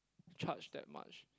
charge that much